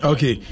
Okay